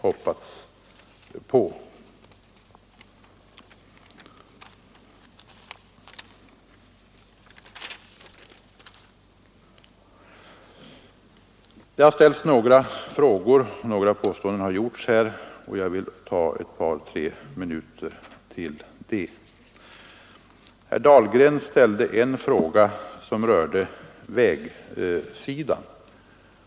Några frågor har ställts till mig och några påståenden har gjorts som jag vill ägna ett par tre minuter åt. Herr Dahlgren ställde en fråga som rörde vägarna.